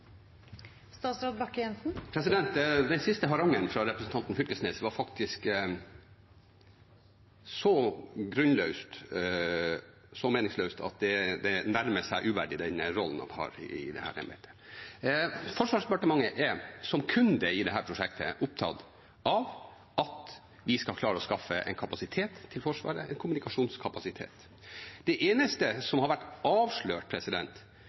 statsråd er ein regjeringa sin mann i departementet, men ikkje departementet sin mann i regjeringa. Den siste harangen fra representanten Fylkesnes var faktisk så meningsløs at det nærmer seg uverdig den rollen han har i dette embetet. Forsvarsdepartementet er som kunde i dette prosjektet opptatt av at vi skal klare å skaffe en kommunikasjonskapasitet til Forsvaret. Det eneste som har vært avslørt